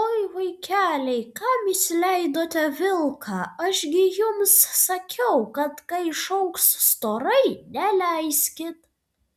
oi vaikeliai kam įsileidote vilką aš gi jums sakiau kad kai šauks storai neleiskit